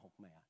man